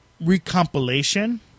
recompilation